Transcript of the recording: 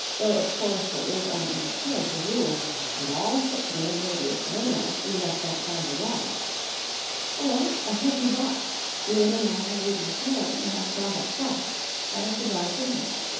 though of course there is an imperative rule that all footgear made with nails be left outside the walls or a heavy box slid along the wooden floor may have brought a flash out of the dry timbers.